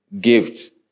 Gift